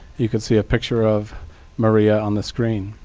you can see a picture of maria on the screen.